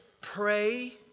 pray